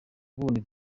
bundi